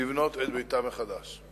לבנות את ביתם מחדש.